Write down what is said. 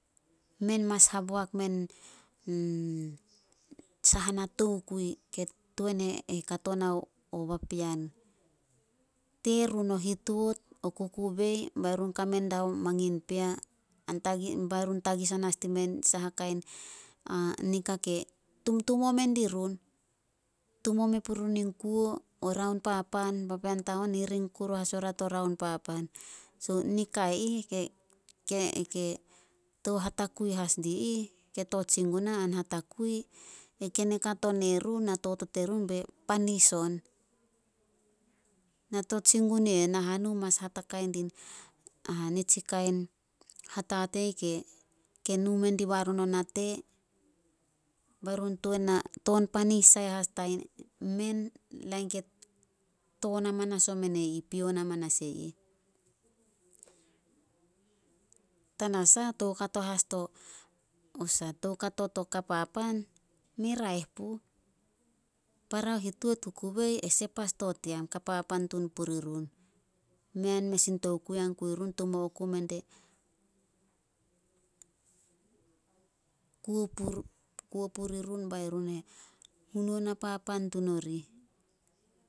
Men mas haboak men saha ana tokui ke tuan e kato nao papean. Terun o hituot, o kukubei bai run kame dao magin pea bai run tagisan as dime saha kain nika ke tumtumou mendi run. Tumou me puri run in kuo o raon papan, papean tahon hiring kuru as oria to raon papan. So, nikai ih ke tou hatakui as di ih, ke tot sin guna a hatakui, e ken e kato ne run, na totot terun be panis on. Na tot sin gun yu eh nahanu mas hatakai din nitsi kain hatatei ke- ke nu mendi barun o nate bai run tuan na toon panis sai as dai men lain ke toon amanas omen pion amanas e ih. Tanasah toukato as to toukato to ka papan, mei raeh puh. Para o hituot, kukubei e sep as dio team ka papan puri run. Mei a mes in tokui an kui i run. Tumou oku mendie, kuo purirun be run e hunana papan tun orih.